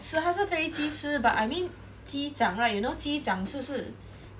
是他是飞机师 but I mean 机长 right you know 机长是是